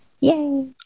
yay